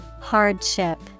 Hardship